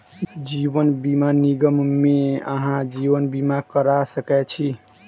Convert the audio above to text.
जीवन बीमा निगम मे अहाँ जीवन बीमा करा सकै छी